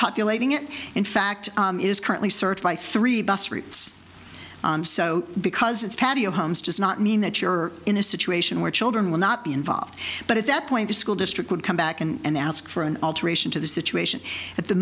populating it in fact is currently searched by three bus routes so because it's patio homes does not mean that you are in a situation where children will not be involved but at that point the school district would come back and ask for an alteration to the situation at the